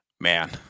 man